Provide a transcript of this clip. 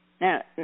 Now